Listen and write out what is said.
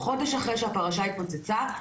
חודש אחרי שהפרשה התפוצצה,